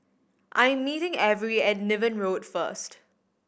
I'm meeting Averi at Niven Road first